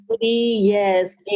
Yes